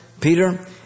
Peter